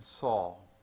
Saul